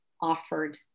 offered